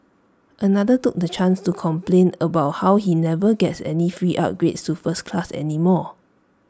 another took the chance to complain about how he never gets any free upgrades to first class anymore